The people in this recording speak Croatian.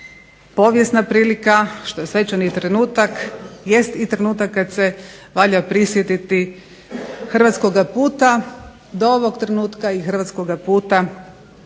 povijesna prilika, što je svečani trenutak jest i trenutak kad se valja prisjetiti hrvatskoga puta do ovog trenutka i hrvatskoga puta